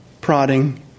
prodding